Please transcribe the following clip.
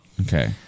okay